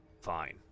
Fine